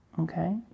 Okay